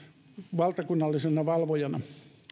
valtakunnallisena valvojana